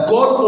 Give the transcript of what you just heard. God